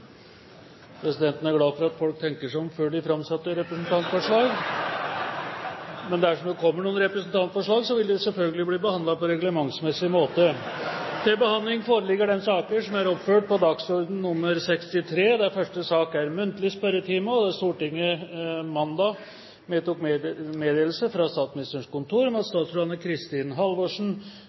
Presidenten er glad for at folk tenker seg om før de framsetter representantforslag, men dersom det kommer noen representantforslag, vil de selvfølgelig bli behandlet på reglementsmessig måte. Stortinget mottok mandag meddelelse fra Statsministerens kontor om at følgende statsråder vil møte til muntlig spørretime: statsråd Kristin Halvorsen